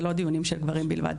זה לא דיונים של גברים בלבד.